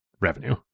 revenue